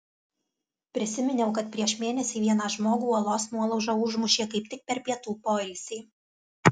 prisiminiau kad prieš mėnesį vieną žmogų uolos nuolauža užmušė kaip tik per pietų poilsį